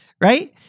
right